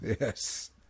Yes